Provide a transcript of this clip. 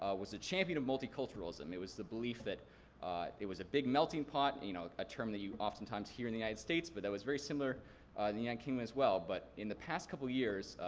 ah was the champion of multi-culturalism. it was the belief that it was a big melting pot, you know a term that you oftentimes hear in the united states, but that was very similar in the united yeah kingdom as well. but in the past couple years,